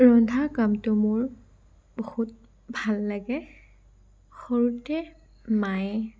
ৰন্ধা কামতো মোৰ বহুত ভাল লাগে সৰুতে মায়ে